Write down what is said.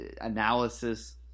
analysis